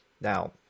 Now